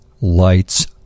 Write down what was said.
lights